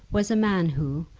was a man who,